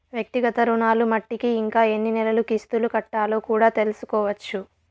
వ్యక్తిగత రుణాలు మట్టికి ఇంకా ఎన్ని నెలలు కిస్తులు కట్టాలో కూడా తెల్సుకోవచ్చు